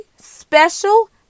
special